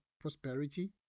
prosperity